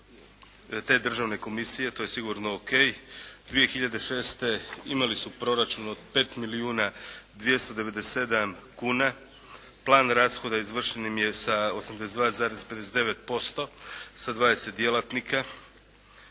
te državne komisije, to je sigurno o.k. 2006. imali su proračun od 5 milijuna 297 kuna, plan rashoda izvršen im je sa 82,59% sa 20 djelatnika